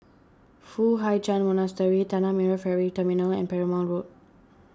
Foo Hai Ch'an Monastery Tanah Merah Ferry Terminal and Perumal Road